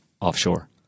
offshore